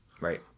Right